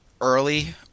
early